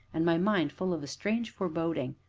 and my mind full of a strange foreboding.